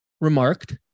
remarked